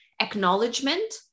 acknowledgement